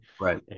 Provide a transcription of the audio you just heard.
Right